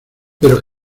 pero